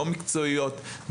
ולא מקצועיות,